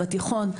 בתיכון?